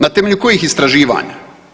Na temelju kojih istraživanja?